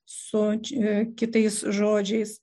su kitais žodžiais